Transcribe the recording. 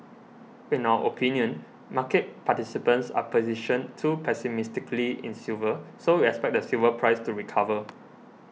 in our opinion market participants are positioned too pessimistically in silver so we expect the silver price to recover